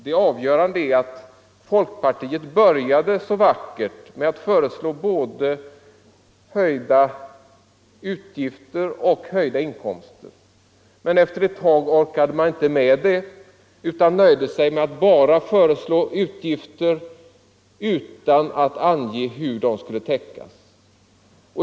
Det avgörande är emellertid att folkpartiet började så vackert med att föreslå både höjda utgifter och höjda inkomster, men efter ett tag orkade man inte med det utan nöjde sig med att bara föreslå utgifter utan att ange hur de skulle täckas.